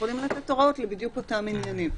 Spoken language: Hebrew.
שיכולים לתת הוראות בדיוק לאותם עניינים.